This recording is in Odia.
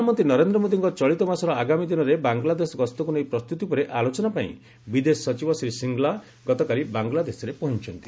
ପ୍ରଧାନମନ୍ତ୍ରୀ ନରେନ୍ଦ୍ର ମୋଦୀଙ୍କ ଚଳିତ ମାସର ଆଗାମୀ ଦିନରେ ବାଙ୍ଗଳାଦେଶ ଗସ୍ତକୁ ନେଇ ପ୍ରସ୍ତୁତି ଉପରେ ଆଲୋଚନା ପାଇଁ ବିଦେଶ ସଚିବ ଶ୍ରୀ ଶ୍ରୀଙ୍ଗଲା ଗତକାଲି ବାଙ୍ଗଲାଦେଶରେ ପହଞ୍ଚିଚ୍ଚନ୍ତି